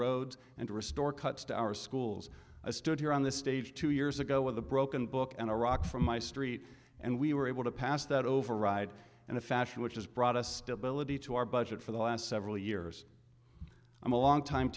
roads and restore cuts to our schools i stood here on this stage two years ago with a broken book and a rock for my street and we were able to pass that override and a fashion which has brought us stability to our budget for the last several years i'm a long time